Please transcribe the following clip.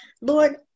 Lord